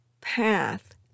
path